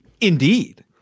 indeed